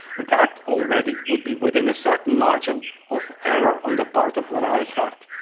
that already would be within a certain margin of error on the part of reichardt,